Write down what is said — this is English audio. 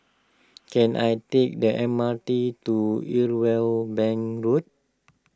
can I take the M R T to Irwell Bank Road